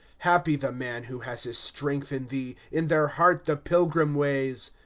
happy the man who has his strength in thee, in their heart the pilgrim-ways.